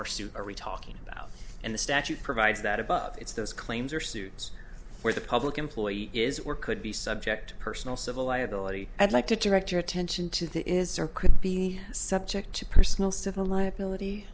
or suit are we talking about and the statute provides that above it's those claims or suits where the public employee is or could be subject to personal civil liability i'd like to direct your attention to the is or could be subject to personal civil liability